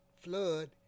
flood